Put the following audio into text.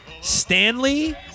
Stanley